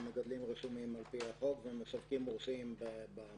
מגדלים רשומים על פי החוק והם משווקים מורשים במועצה.